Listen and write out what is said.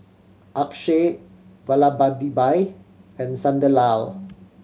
Akshay Vallabhbhai and Sunderlal